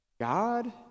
God